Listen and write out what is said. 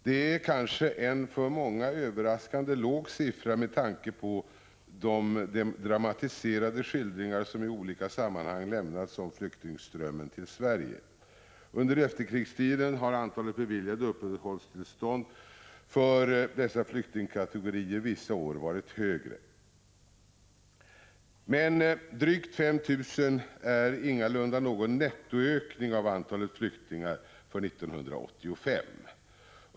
Det är en för många överraskande låg siffra med tanke på de dramatiserade skildringar som i olika sammanhang lämnats av flyktingströmmen till Sverige. Under efterkrigstiden har antalet beviljade uppehållstillstånd för dessa flyktingkategorier vissa år varit högre. Men drygt 5 000 är ingalunda någon nettoökning av antalet flyktingar för 1985.